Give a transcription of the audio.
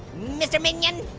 mr. minion!